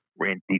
Randy